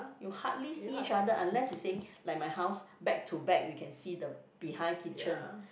you hardly see each other unless you saying like my house back to back you can see the behind kitchen